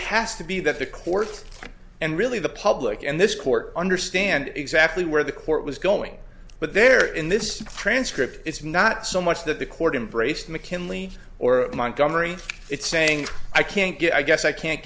has to be that the courts and really the public and this court understand exactly where the court was going but they're in this transcript it's not so much that the court embraced mckinley or montgomery it's saying i can't get i guess i can't